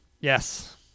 Yes